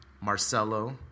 Marcelo